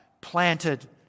planted